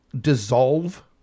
dissolve